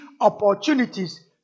opportunities